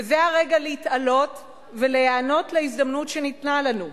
וזה הרגע להתעלות ולהיענות להזדמנות שניתנה לנו.